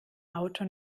auto